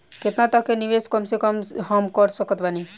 केतना तक के निवेश कम से कम मे हम कर सकत बानी?